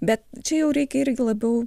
bet čia jau reikia irgi labiau